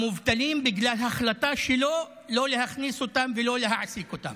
המובטלים בגלל החלטה שלו לא להכניס אותם ולא להעסיק אותם.